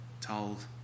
told